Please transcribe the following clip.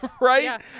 right